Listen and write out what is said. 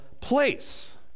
place